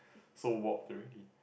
so warped